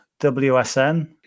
WSN